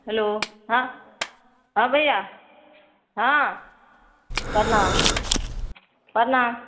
hello हँ हँ भैया हँ प्रणाम प्रणाम